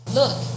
look